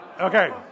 Okay